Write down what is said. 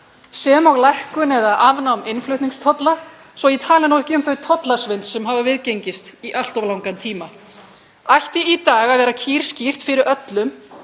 sem og lækkun eða afnámi innflutningstolla, svo ég tali nú ekki um það tollasvindl sem hefur viðgengist í allt of langan tíma, ætti í dag að vera kýrskýrt fyrir öllum